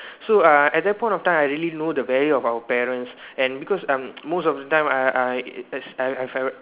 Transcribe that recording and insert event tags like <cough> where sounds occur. so uh at that point of time I really know the value of our parents and because um <noise> most of the time I I s~ I have my parents